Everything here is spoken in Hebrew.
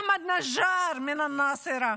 אחמד נג'אר מנצרת,